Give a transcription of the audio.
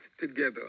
together